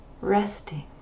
Resting